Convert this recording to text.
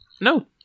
No